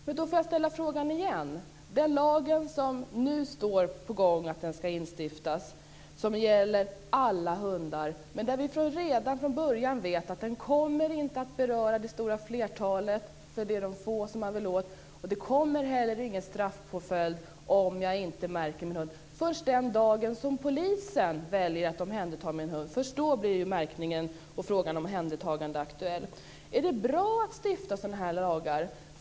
Den lag som nu ska instiftas gäller alla hundar. Men vi vet redan från början att den inte kommer att beröra det stora flertalet, eftersom det är de få som man vill åt. Det finns inte heller någon straffpåföljd om man inte märker sin hund. Först den dagen som polisen omhändertar hunden blir märkningen aktuell. Är det bra att stifta lagar av den här typen?